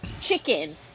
Chicken